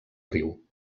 riu